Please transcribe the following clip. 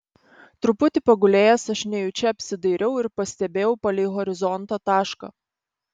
truputį pagulėjęs aš nejučia apsidairiau ir pastebėjau palei horizontą tašką